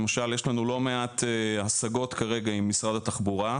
למשל יש לנו לא מעט ההשגות כרגע עם משרד התחבורה,